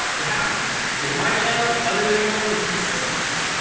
it happens. it's my channel. it's other channels. it's consistency.